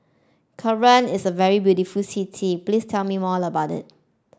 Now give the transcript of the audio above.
Cairo is a very beautiful city please tell me more about it